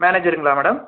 மேனேஜருங்களா madam